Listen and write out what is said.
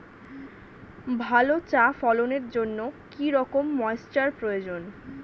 ভালো চা ফলনের জন্য কেরম ময়স্চার প্রয়োজন?